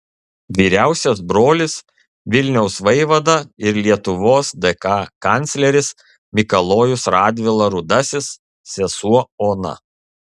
vyriausias brolis vilniaus vaivada ir lietuvos dk kancleris mikalojus radvila rudasis sesuo ona